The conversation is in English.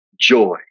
joy